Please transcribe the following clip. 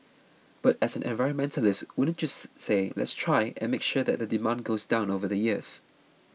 but as an environmentalist wouldn't you say let's try and make sure that the demand goes down over the years